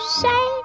say